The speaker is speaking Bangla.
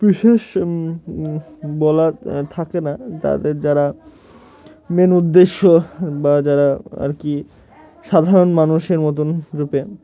বিশেষ বলা থাকে না তাদের যারা মেন উদ্দেশ্য বা যারা আর কি সাধারণ মানুষের মতন রূপে